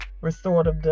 restorative